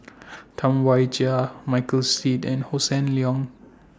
Tam Wai Jia Michael Seet and Hossan Leong